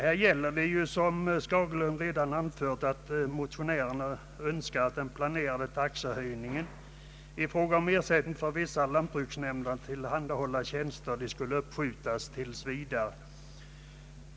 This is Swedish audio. Motionärerna önskar, såsom herr Skagerlund redan har påpekat, att den planerade taxehöjningen i fråga om ersättning för vissa beställningsarbeten som lantbruksnämnderna utför skall uppskjutas tills vidare.